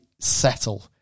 settle